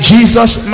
Jesus